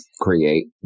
create